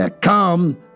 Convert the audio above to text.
Come